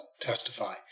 testify